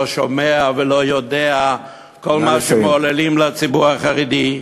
שומע ולא יודע כל מה שמעוללים לציבור החרדי,